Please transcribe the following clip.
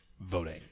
voting